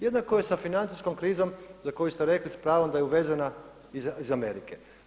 Jednako je sa financijskom krizom za koju ste rekli s pravom da je uvezena iz Amerike.